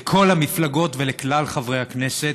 לכל המפלגות ולכלל חברי הכנסת,